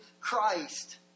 Christ